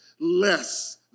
less